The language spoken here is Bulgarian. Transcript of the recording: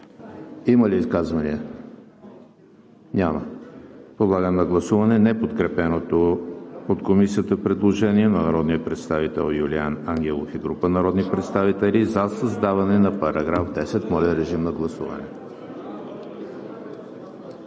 Има ли изказвания? Няма. Подлагам на гласуване неподкрепеното от Комисията предложение на народния представител Юлиан Ангелов и група народни представители за създаването на § 10. Гласували